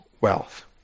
wealth